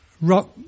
rock